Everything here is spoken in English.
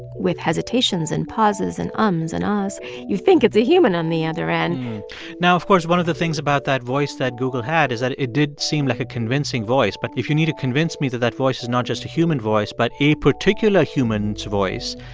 with hesitations and pauses, and ums and ahs you think it's a human on the other end now, of course, one of the things about that voice that google had is that it did seem like a convincing voice, but if you need to convince me that that voice is not just a human voice but a particular human's voice,